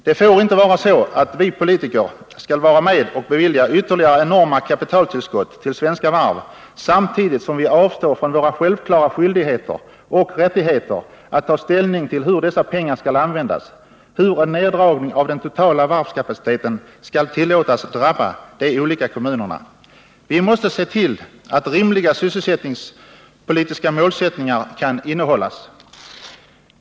Det får inte vara så att vi politiker skall vara med och bevilja ytterligare enorma kapitaltillskott till Svenska Varv, samtidigt som vi avstår från våra självklara skyldigheter och rättigheter att ta ställning till hur dessa pengar skall användas — hur en neddragning av den totala varvskapaciteten skall tillåtas drabba de olika kommunerna. Vi måste se till att rimliga sysselsättningspolitiska målsättningar kan förverkligas.